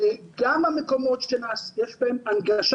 וגם המקומות שיש בהם הנגשה